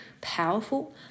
powerful